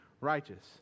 righteous